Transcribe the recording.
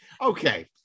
Okay